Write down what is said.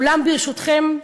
אולם, ברשותכם,